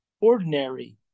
ordinary